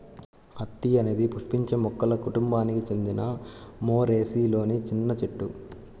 అత్తి అనేది పుష్పించే మొక్కల కుటుంబానికి చెందిన మోరేసిలోని చిన్న చెట్టు